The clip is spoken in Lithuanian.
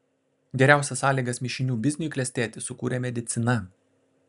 geriausias sąlygas mišinių bizniui klestėti sukūrė medicina